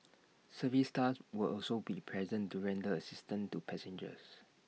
service staff will also be present to render assistance to passengers